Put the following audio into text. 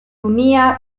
unía